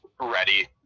ready